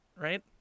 right